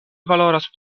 valoras